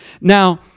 Now